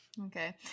Okay